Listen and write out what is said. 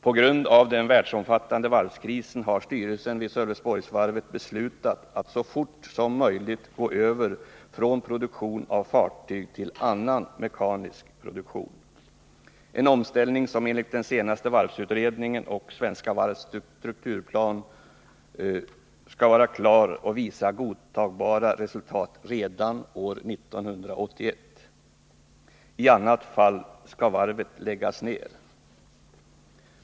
På grund av den världsomfattande varvskrisen har styrelsen vid Sölvesborgsvarvet beslutat att man så fort som möjligt skall gå över från produktion av fartyg till annan mekanisk produktion — en omställning som enligt den senaste varvsutredningen och Svenska Varvs strukturplan skall vara klar och kunna uppvisa godtagbara resultat redan år 1981. I annat fall skall varvet läggas ned.